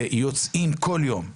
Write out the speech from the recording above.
שיוצאים כל יום מהצפון,